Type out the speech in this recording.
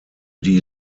die